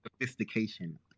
sophistication